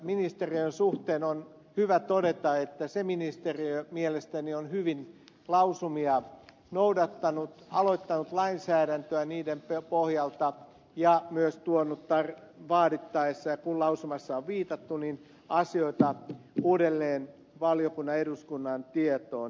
ympäristöministeriön suhteen on hyvä todeta että se ministeriö on mielestäni hyvin lausumia noudattanut aloittanut lainsäädäntöä niiden pohjalta ja myös tuonut vaadittaessa kun lausumassa on viitattu asioita uudelleen valiokunnan ja eduskunnan tietoon